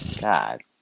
God